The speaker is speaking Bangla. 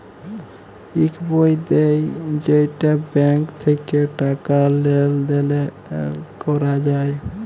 ইক বই দেয় যেইটা ব্যাঙ্ক থাক্যে টাকা লেলদেল ক্যরা যায়